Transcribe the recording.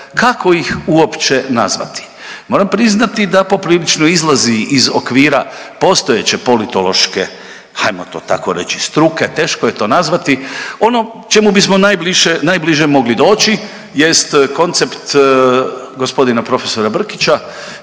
kako ih uopće nazvati? Moram priznati da poprilično izlazi iz okvira postojeće politološke hajmo to tako reći struke, teško je to nazvati, ono čemu bismo najbliže mogli doći jest koncept g. prof. Brkića